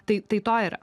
tai tai to yra